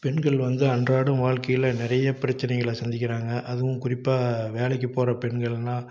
பெண்கள் வந்து அன்றாடம் வாழ்க்கையில் நிறைய பிரச்சனைகளை சந்திக்கிறாங்க அதுவும் குறிப்பாக வேலைக்கு போகற பெண்கள்ன்னா